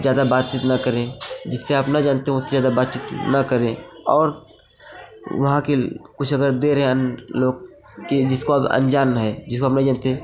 ज़्यादा बातचीत ना करें जिससे आप न जानते हो उससे अगर बातचीत न करें और वहाँ के कुछ अगर दे रहे हैं अन्य लोग कि जिसको आप अनजान हैं जिसको आप नहीं जानते हैं